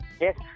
yes